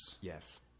Yes